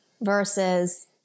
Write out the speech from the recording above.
versus